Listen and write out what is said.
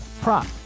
prop